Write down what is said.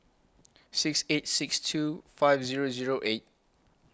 six eight six two five Zero Zero eight